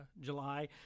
July